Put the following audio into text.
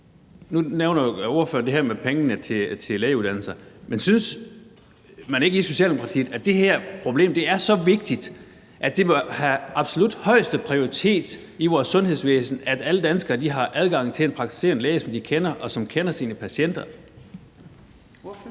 Nu nævner ordføreren det her med pengene til lægeuddannelsen, men synes man ikke i Socialdemokratiet, at det her problem er så væsentligt, at det bør have absolut højeste prioritet i vores sundhedsvæsen, at alle danskere har adgang til en praktiserende læge, som de kender, og som kender sine patienter?